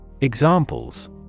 Examples